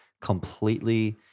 completely